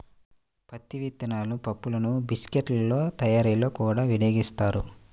పత్తి విత్తనాల పప్పులను బిస్కెట్ల తయారీలో కూడా వినియోగిస్తారు